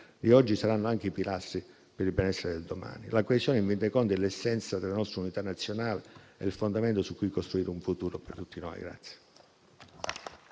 di oggi saranno anche i pilastri per il benessere del domani. La coesione, in fin dei conti, è l'essenza della nostra unità nazionale, è il fondamento su cui costruire un futuro per tutti noi.